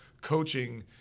coaching